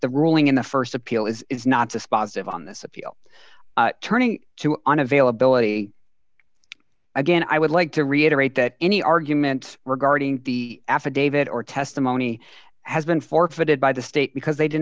the ruling in the st appeal it's not dispositive on this appeal turning to on availability again i would like to reiterate that any argument regarding the affidavit or testimony has been forfeited by the state because they did